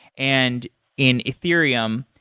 and in ethereum,